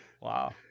Wow